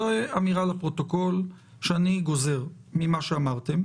זו אמירה לפרוטוקול שאני גוזר ממה שאמרתם.